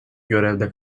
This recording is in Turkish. görevde